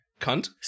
cunt